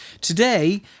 Today